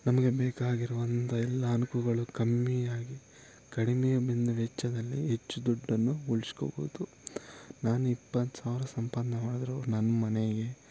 ನಮಗೆ ಬೇಕಾಗಿರುವಂಥ ಎಲ್ಲ ಅನುಕೂಲಗಳು ಕಮ್ಮಿಯಾಗಿ ಕಡಿಮೆ ಬಿನ್ ವೆಚ್ಚದಲ್ಲಿ ಹೆಚ್ಚು ದುಡ್ಡನ್ನು ಉಳ್ಸ್ಕೊಬೋದು ನಾನು ಇಪ್ಪತ್ತು ಸಾವಿರ ಸಂಪಾದನೆ ಮಾಡಿದರೂ ನನ್ನ ಮನೆಗೆ